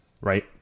right